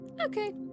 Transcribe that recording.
okay